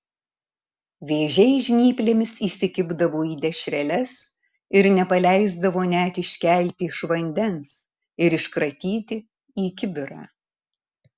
vėžiai žnyplėmis įsikibdavo į dešreles ir nepaleisdavo net iškelti iš vandens ir iškratyti į kibirą